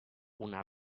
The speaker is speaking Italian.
una